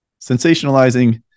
sensationalizing